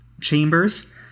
chambers